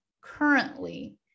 currently